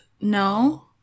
No